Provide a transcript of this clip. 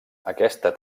aquesta